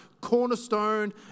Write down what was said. cornerstone